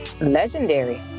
legendary